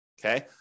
okay